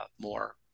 more